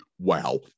wow